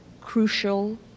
crucial